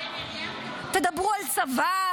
תדברו על צבא,